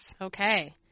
Okay